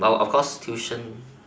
while of course tuition